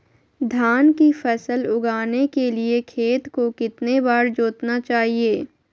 धान की फसल उगाने के लिए खेत को कितने बार जोतना चाइए?